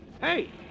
hey